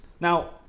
Now